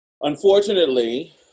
Unfortunately